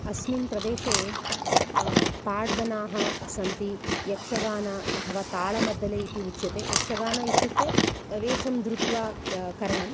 अस्मिन् प्रदेशे पाड्दनाः सन्ति यक्षगानम् अथवा तालमद्दले इति उच्यते यक्षगानम् इत्युक्ते वेषं धृत्वा क करणं